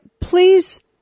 please